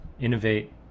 innovate